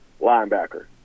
linebacker